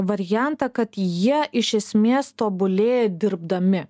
variantą kad jie iš esmės tobulėja dirbdami